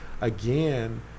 again